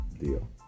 deal